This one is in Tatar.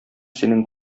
синең